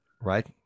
right